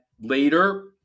later